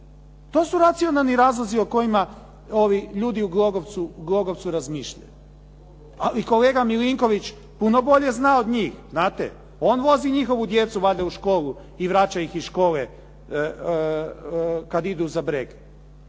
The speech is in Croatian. To su racionalni razlozi o kojima ovi ljudi u Glogovcu razmišljaju. A i kolega Milinković puno bolje zna od njih, znate. On vozi njihovu djecu valjda u školu i vraća ih iz škole kad idu za Brege.